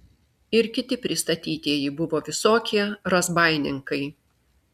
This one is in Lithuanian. ir kiti pristatytieji buvo visokie razbaininkai